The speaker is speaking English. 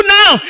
now